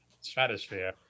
stratosphere